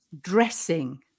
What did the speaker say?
dressing